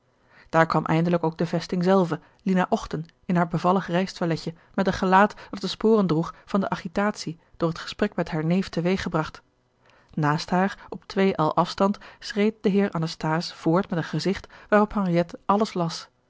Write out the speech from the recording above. daar kwam eindelijk ook de vesting zelve lina ochten in haar bevallig reistoiletje met een gelaat dat de sporen droeg van de agitatie door het gesprek met haar neef te weeg gebracht naast haar op twee el afstand schreed de gerard keller het testament van mevrouw de tonnette heer anasthase voort met een gezicht waarop henriette alles las